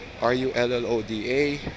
r-u-l-l-o-d-a